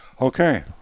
Okay